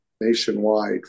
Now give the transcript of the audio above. nationwide